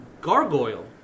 gargoyle